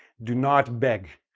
do not beg.